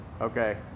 Okay